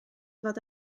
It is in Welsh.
fod